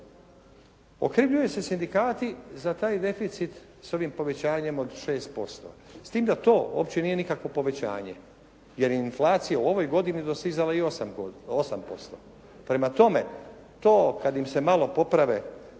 Okrivljuju se sindikati za taj deficit s ovim povećanjem od 6% s tim da to uopće nije nikakvo povećanje, jer je inflacija u ovoj godini dostizala i 8%. Prema tome, to kad im se malo poprave